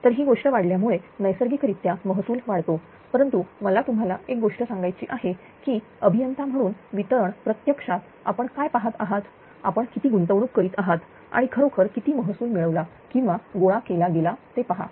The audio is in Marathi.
तर ही गोष्ट वाढल्यामुळे नैसर्गिकरित्या महसूल वाढतो परंतु मला तुम्हाला एक गोष्ट सांगायची आहे की अभियंता म्हणून वितरण प्रत्यक्षात आपण काय पाहत आहात आपण किती गुंतवणूक करीत आहात आणि खरोखर किती महसूल मिळवला किंवा गोळा केला गेला ते पहा